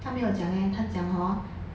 他没有讲 eh 他讲 hor